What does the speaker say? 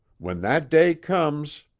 when that day comes,